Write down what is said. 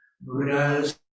Buddha's